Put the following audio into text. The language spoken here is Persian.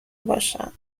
باشن